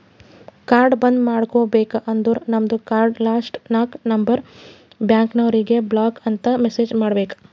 card ಬಂದ್ ಮಾಡುಸ್ಬೇಕ ಅಂದುರ್ ನಮ್ದು ಕಾರ್ಡ್ ಲಾಸ್ಟ್ ನಾಕ್ ನಂಬರ್ ಬ್ಯಾಂಕ್ನವರಿಗ್ ಬ್ಲಾಕ್ ಅಂತ್ ಮೆಸೇಜ್ ಮಾಡ್ಬೇಕ್